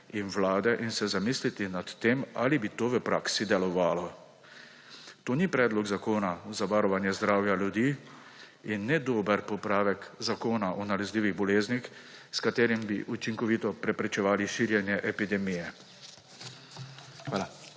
in Vlade in se zamisliti nad tem, ali bi to v praksi delovalo. To ni predlog zakona za varovanje zdravja ljudi in ne dober popravek zakona o nalezljivih boleznih, s katerim bi učinkovito preprečevali širjenje epidemije. Hvala.